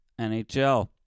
NHL